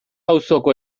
auzoko